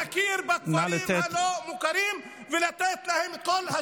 הגיע הזמן להכיר בכפרים הלא-מוכרים ולתת להם את כל השירות.